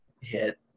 hit